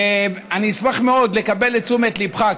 אשמח מאוד לקבל את תשומת ליבך,